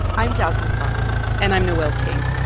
i'm jasmine garsd and i'm noel king.